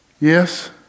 Yes